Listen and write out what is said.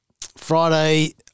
Friday